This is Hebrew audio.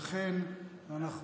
ולכן אנחנו